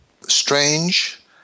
strange